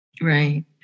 Right